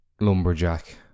lumberjack